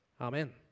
Amen